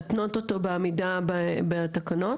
להתנות אותו בעמידה בתקנות